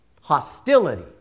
hostility